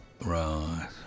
Right